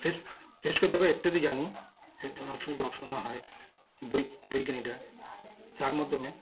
telescope telescope ব্যাপারে এটুকু জানি হয় বৈগ বৈজ্ঞানিকরা তার মাধ্যমে